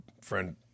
friend